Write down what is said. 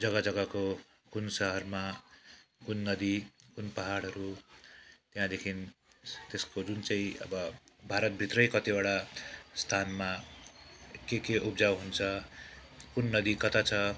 जग्गा जग्गाको कुन सहरमा कुन नदी कुन पाहाडहरू त्यहाँदेखि त्यसको जुन चाहिँ अब भारतभित्रै कतिवटा स्थानमा के के उब्जाउ हुन्छ कुन नदी कता छ